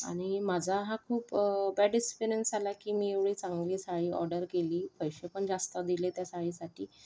आणि माझा हा खूप बॅड एक्सपिरियन्स आला की मी एवढी चांगली साडी ऑर्डर केली पैसे पण जास्त दिले त्या साडीसाठी